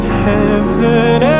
heaven